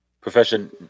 profession